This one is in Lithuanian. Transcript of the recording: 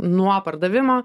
nuo pardavimo